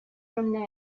from